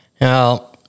Now